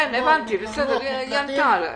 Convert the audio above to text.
הבנתי, היא ענתה.